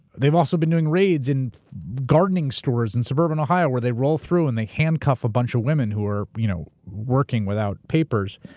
they've also been doing raids in gardening stores in suburban ohio where they roll through and they handcuff a bunch of woman who are you know working without papers.